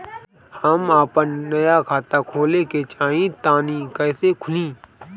हम आपन नया खाता खोले के चाह तानि कइसे खुलि?